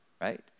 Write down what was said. right